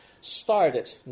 started